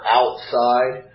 outside